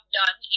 done